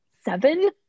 seven